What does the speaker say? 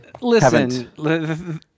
listen